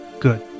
good